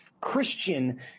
Christian